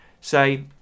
say